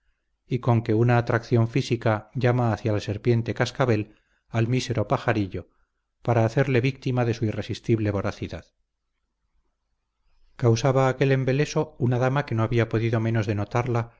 y con que una atracción física llama hacia la serpiente cascabel al mísero pajarillo para hacerle víctima de su irresistible voracidad causaba aquel embeleso una dama que no había podido menos de notarla